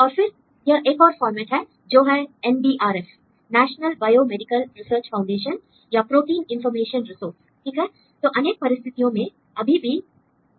और फिर यह एक और फॉर्मेट है जो है N B R F national biomedical research foundation या प्रोटीन इंफॉर्मेशन रिसोर्स ठीक है l तो अनेक परिस्थितियों में अभी भी